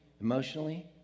emotionally